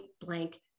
blank